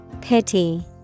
Pity